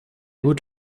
would